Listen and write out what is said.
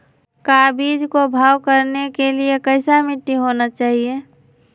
का बीज को भाव करने के लिए कैसा मिट्टी होना चाहिए?